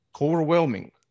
overwhelming